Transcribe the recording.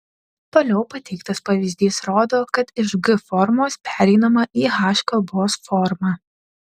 toliau pateiktas pavyzdys rodo kad iš g formos pereinama į h kalbos formą